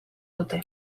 dute